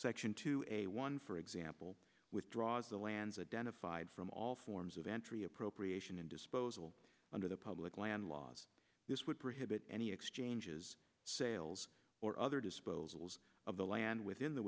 section two a one for example withdraws the lands identified from all forms of entry appropriation and disposal under the public land laws this would prohibit any exchanges sales or other disposals of the land within the